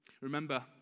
Remember